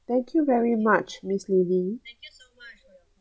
thank you very much miss lily